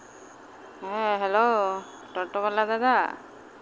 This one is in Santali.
ᱦᱮ ᱦᱮᱞᱳ ᱴᱳᱴᱳ ᱵᱟᱞᱟ ᱫᱟᱫᱟ